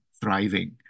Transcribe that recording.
thriving